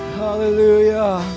hallelujah